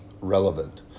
relevant